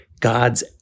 god's